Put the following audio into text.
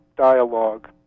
dialogue